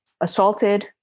assaulted